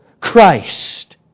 Christ